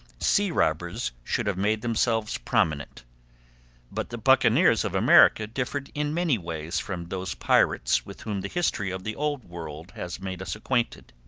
sea-robbers should have made themselves prominent but the buccaneers of america differed in many ways from those pirates with whom the history of the old world has made us acquainted.